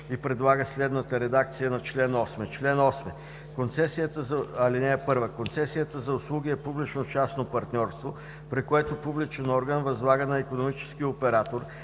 и предлага следната редакция на чл. 8: „Чл. 8. (1) Концесията за услуги е публично-частно партньорство, при което публичен орган възлага на икономически оператор